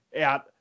out